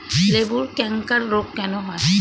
লেবুর ক্যাংকার রোগ কেন হয়?